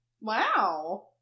Wow